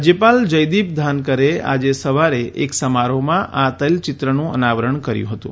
રાજયપાલ જયદીપ ધાનકરે આજે સવારે એક સમારોહમાં આ તૈલચિત્રનું અનાવરણ કર્યું હતું